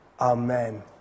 Amen